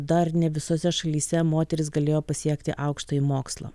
dar ne visose šalyse moterys galėjo pasiekti aukštąjį mokslą